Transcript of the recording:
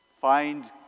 find